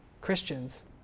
Christians